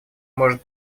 может